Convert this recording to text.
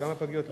גם בפגיות.